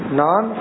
non